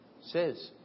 says